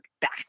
back